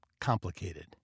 complicated